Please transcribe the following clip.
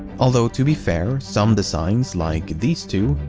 although, to be fair, some designs, like these two,